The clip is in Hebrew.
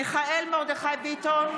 מיכאל מרדכי ביטון,